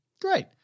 Great